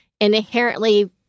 inherently